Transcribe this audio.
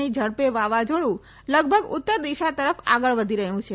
ની ઝડપે વાવાઝોડુ લગભગ ઉત્તર દિશા તરફ આગળ વધી રહયું છે